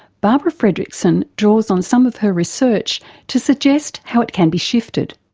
barbara fredrickson draws on some of her research to suggest how it can be shifted.